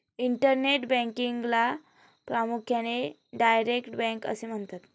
internet बँकिंगला प्रामुख्याने direct bank असे म्हणतात